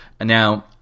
Now